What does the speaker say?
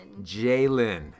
Jalen